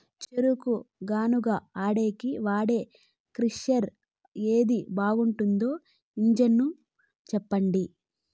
చెరుకు గానుగ ఆడేకి వాడే క్రషర్ ఏది బాగుండేది ఇంజను చెప్పండి?